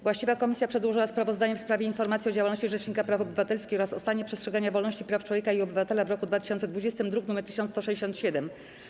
Właściwa komisja przedłożyła sprawozdanie w sprawie Informacji o działalności Rzecznika Praw Obywatelskich oraz o stanie przestrzegania wolności i praw człowieka i obywatela w roku 2020, druk nr 1167.